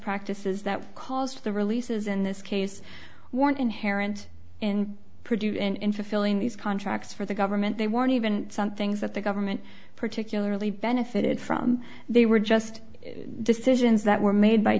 practices that caused the releases in this case weren't inherent in produce in fulfilling these contracts for the government they weren't even some things that the government particularly benefited from they were just decisions that were made by